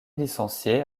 licenciée